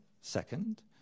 second